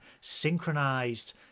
synchronized